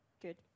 Good